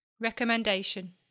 Recommendation